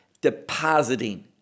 depositing